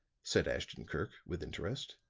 said ashton-kirk, with interest.